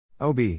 OB